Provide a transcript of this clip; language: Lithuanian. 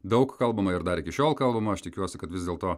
daug kalbama ir dar iki šiol kalbama aš tikiuosi kad vis dėlto